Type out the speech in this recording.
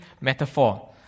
metaphor